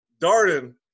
Darden